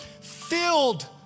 filled